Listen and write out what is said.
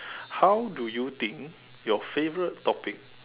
how do you think your favorite topic